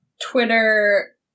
Twitter